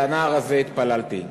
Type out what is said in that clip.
"אל הנער הזה התפללתי".